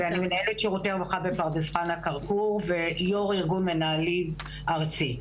מנהלת שירותי הרווחה בפרדס חנה-כרכור ויו"ר ארגון מנהלים ארצי.